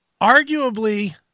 Arguably